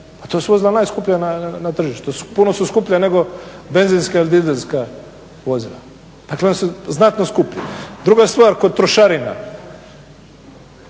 ta su vozila najskuplja na tržištu, puno su skuplja nego benzinska ili dizelska vozila. Dakle, ona su znatno skuplja. Druga stvar, kod trošarina,